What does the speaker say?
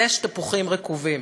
יש תפוחים רקובים,